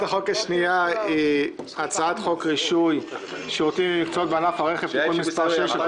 כעת מצביעים על הצ"ח רישוי שירותים ומקצועות בענף הרכב (תיקון מס' 6),